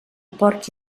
porc